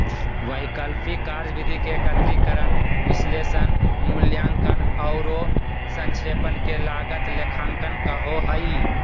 वैकल्पिक कार्यविधि के एकत्रीकरण, विश्लेषण, मूल्यांकन औरो संक्षेपण के लागत लेखांकन कहो हइ